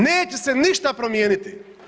Neće se ništa promijeniti.